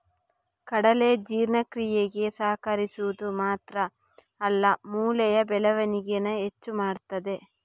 ಕಡಲೆ ಜೀರ್ಣಕ್ರಿಯೆಗೆ ಸಹಕರಿಸುದು ಮಾತ್ರ ಅಲ್ಲ ಮೂಳೆಯ ಬೆಳವಣಿಗೇನ ಹೆಚ್ಚು ಮಾಡ್ತದೆ